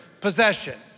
possession